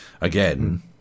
again